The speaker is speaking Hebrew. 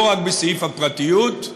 לא רק בסעיף הפרטיות,